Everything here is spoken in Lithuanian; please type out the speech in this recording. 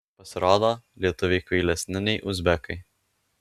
pasirodo lietuviai kvailesni nei uzbekai